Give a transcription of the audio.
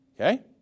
Okay